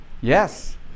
Yes